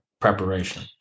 preparation